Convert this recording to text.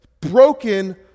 broken